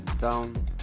down